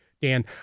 Dan